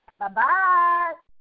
Bye-bye